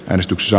äänestyksessä